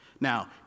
Now